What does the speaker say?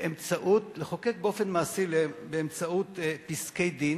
באופן מעשי באמצעות פסקי-דין,